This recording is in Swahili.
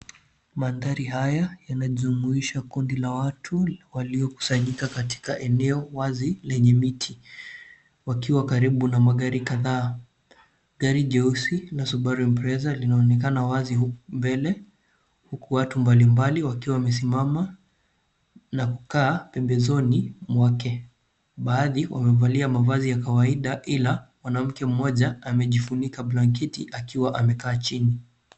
Mandhari haya, yanajumuisha kundi la watu waliokusanyika katika eneo wazi lenye miti, wakiwa karibu na magari kadhaa. Gari jeusi la Subaru Imprezza, linaonekana wazi huku mbele, huku watu mbalimbali wakiwa wamesimama na kukaa pembezoni mwake. Baadhi wamevalia mavazi ya kawaida, ila mwanamke mmoja amejifunika blanketi akiwa amekaa chini.